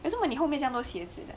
为什么你后面这样多鞋子的